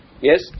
yes